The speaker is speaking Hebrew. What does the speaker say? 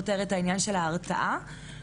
כפי ששמענו מהעדות.